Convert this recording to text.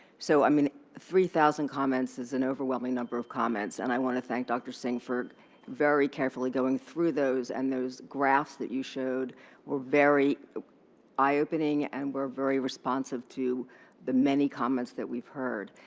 so i mean, three thousand comments is an overwhelming number of comments. and i want to thank dr. singh for very carefully going through those. and those graphs that you showed were very eye-opening and were very responsive to the many comments that we've heard.